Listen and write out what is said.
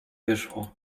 wyszło